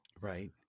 Right